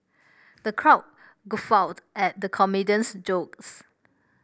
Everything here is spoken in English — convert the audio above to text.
the crowd guffawed at the comedian's jokes